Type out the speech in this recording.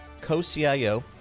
co-CIO